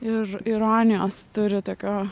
ir ironijos turi tokio